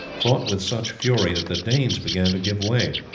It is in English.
fought with such fury that the danes began to give way.